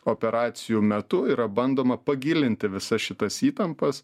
operacijų metu yra bandoma pagilinti visas šitas įtampas